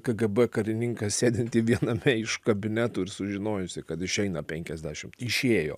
kgb karininką sėdintį viename iš kabinetų ir sužinojusį kad išeina penkiasdešim išėjo